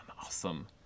awesome